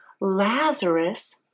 Lazarus